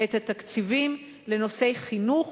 את התקציבים, לנושא חינוך,